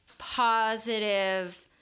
positive